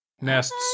Nests